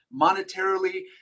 monetarily